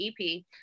EP